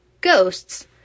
Ghosts